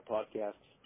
Podcasts